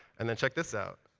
and then check this out.